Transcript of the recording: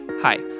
Hi